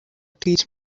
teach